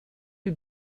you